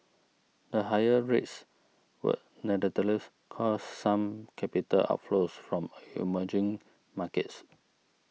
the higher rates would nonetheless cause some capital outflows from emerging markets